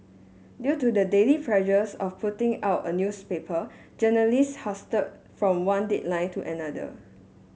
due to the daily pressures of putting out a newspaper journalists hurtle from one deadline to another